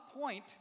point